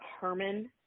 Herman